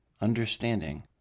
understanding